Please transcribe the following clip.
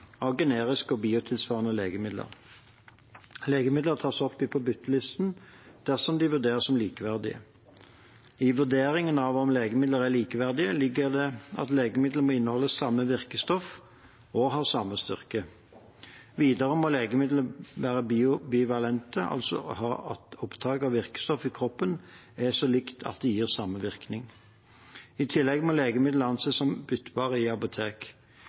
av generiske og biotilsvarende legemidler. Legemidler tas opp på byttelisten dersom de vurderes som likeverdige. I vurderingen av om legemidler er likeverdige, ligger det at legemidlet må inneholde samme virkestoff og ha samme styrke. Videre må legemidlet være bioekvivalent, altså at opptak av virkestoffet i kroppen er så likt at det gir samme virkning. I tillegg må legemidlene anses som byttbare i